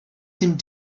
dem